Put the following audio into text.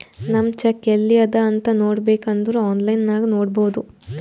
ನಮ್ ಚೆಕ್ ಎಲ್ಲಿ ಅದಾ ಅಂತ್ ನೋಡಬೇಕ್ ಅಂದುರ್ ಆನ್ಲೈನ್ ನಾಗ್ ನೋಡ್ಬೋದು